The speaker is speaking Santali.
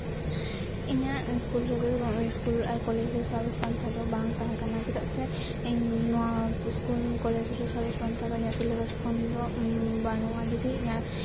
ᱤᱧᱟᱹᱜ ᱤᱥᱠᱩᱞ ᱨᱮᱫᱚ ᱤᱥᱠᱩᱞ ᱟᱨ ᱠᱚᱞᱮᱡᱽ ᱨᱮ ᱥᱟᱬᱮᱥ ᱯᱟᱱᱛᱷᱟ ᱫᱚ ᱵᱟᱝ ᱛᱟᱦᱮᱸ ᱠᱟᱱᱟ ᱪᱮᱫᱟᱜ ᱥᱮ ᱤᱧ ᱱᱚᱣᱟ ᱤᱥᱠᱩᱞ ᱠᱚᱞᱮᱡᱽ ᱨᱮ ᱥᱚᱨᱮᱥ ᱯᱟᱱᱛᱷᱟ ᱠᱚ ᱤᱧᱟᱹᱜ ᱥᱤᱞᱮᱵᱟᱥ ᱠᱷᱚᱱ ᱵᱟᱹᱱᱩᱜᱼᱟ ᱡᱩᱫᱤ ᱤᱧᱟᱹᱜ